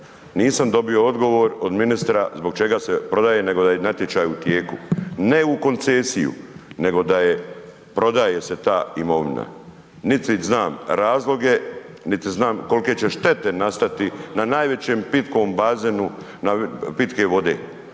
Nisam dobio odgovor od ministra zbog čega se prodaje nego da je natječaj u tijeku. Ne u koncesiju, nego da je prodaje se ta imovina. Niti znam razloge, niti znam kolike će štete nastati na najvećem pitkom bazenu pitke vode.